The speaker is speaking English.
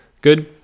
Good